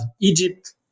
Egypt